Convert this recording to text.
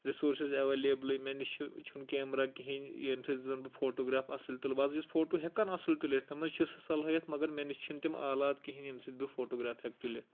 resources اٮ۪وَلیبلٕے مےٚ نِش چھُ چھُنہٕ کیمرا کِہینۍ یمہِ سۭتۍ زَن بہٕ فوٹوگرٛاف اَصٕل تُلہٕ بہٕ حظ چھُس فوٹوٗ ہٮ۪کان اَصٕل تُلِتھ مےٚ منٛز چھِ سۄ صلٲحیت مگر مےٚ نِش چھِنہٕ تِم آلات کِہینۍ یمہِ سۭتۍ بہٕ فوٹوگرٛاف ہٮ۪کہٕ تُلِتھ